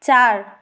চার